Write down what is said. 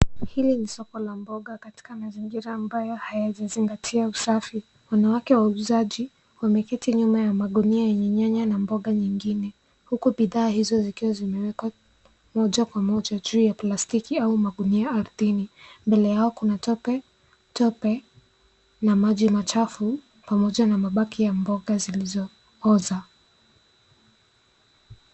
Hili ni soko la mboga katika mazingira mbaya, hajazingatia usafi. Wanawake wauzaji wameketi nyuma ya magunia yenye nyanya na mboga huku bidhaa hizo zikiwa zimewekwa moja kwa moja juu ya plastiki au magunia ardhini. Mbele yao kuna tope na maji machafu pamoja na mabaki ya mboga zilizooza.